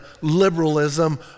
liberalism